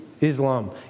Islam